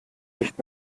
nicht